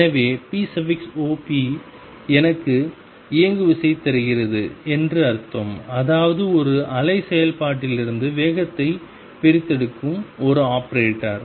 எனவே pop எனக்கு இயங்குவிசை தருகிறது என்று அர்த்தம் அதாவது இது ஒரு அலை செயல்பாட்டிலிருந்து வேகத்தை பிரித்தெடுக்கும் ஒரு ஆபரேட்டர்